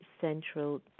central